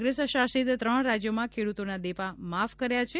કોંગ્રેસ શાસિત ત્રણ રાજ્યોમાં ખેડ્રતોના દેવા માફ કર્યા છે